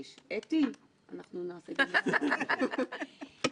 העובדה שנותנים לנו את המקום בשולחן מייצגת את הלך הרוח של כל הוועדה,